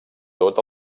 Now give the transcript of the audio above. tot